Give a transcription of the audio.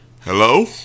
hello